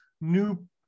new